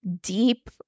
deep